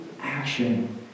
action